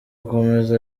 akomeza